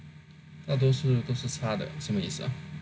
那都是都是差的什么意思啊